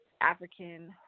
African